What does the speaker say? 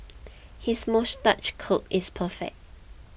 his moustache curl is perfect